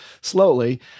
slowly